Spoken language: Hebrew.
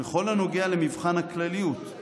ממבחני הזיהוי של נורמות חוקתיות,